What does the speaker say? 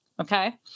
Okay